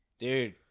Dude